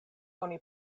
oni